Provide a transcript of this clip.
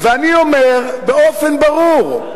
ואני אומר באופן ברור,